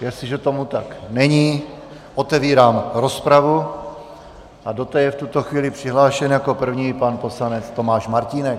Jestliže tomu tak není, otevírám rozpravu a do té je v tuto chvíli přihlášen jako první pan poslanec Tomáš Martínek.